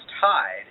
tied